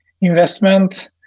investment